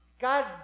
God